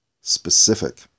specific